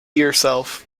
yourself